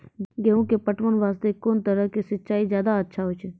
गेहूँ के पटवन वास्ते कोंन तरह के सिंचाई ज्यादा अच्छा होय छै?